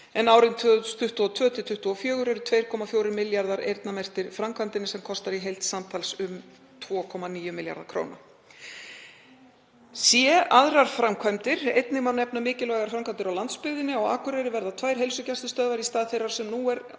en árin 2022–2024 eru 2,4 milljarðar eyrnamerktir framkvæmdinni sem kostar í heild samtals um 2,9 milljarða kr. c. Aðrar framkvæmdir: Einnig má nefna mikilvægar framkvæmdir á landsbyggðinni. Á Akureyri verða tvær heilsugæslustöðvar í stað þeirrar sem nú er og